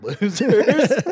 losers